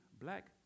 black